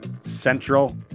Central